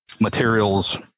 materials